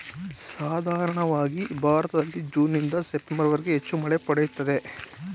ಸಾಧಾರಣವಾಗಿ ಭಾರತದಲ್ಲಿ ಜೂನ್ನಿಂದ ಸೆಪ್ಟೆಂಬರ್ವರೆಗೆ ಹೆಚ್ಚು ಮಳೆ ಪಡೆಯುತ್ತೇವೆ